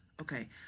Okay